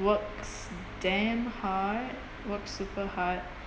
works damn hard works super hard